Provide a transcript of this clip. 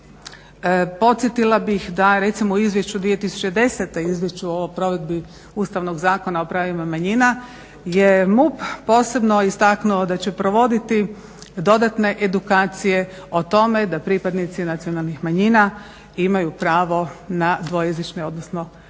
Podsjetila bih da u izvješću recimo 2010.u izvješću o provedbi Ustavnog zakona o pravima manjima je MUP posebno istaknuo da će provoditi dodatne edukacije o tome da pripadnici nacionalnih manjina imaju pravo na dvojezične odnosno dvopismene